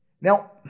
Now